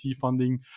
funding